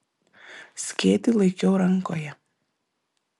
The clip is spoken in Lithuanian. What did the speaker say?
skėtį laikiau rankoje